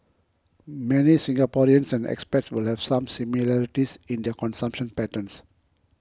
many Singaporeans and expats will have some similarities in their consumption patterns